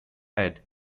head